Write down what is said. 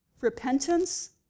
repentance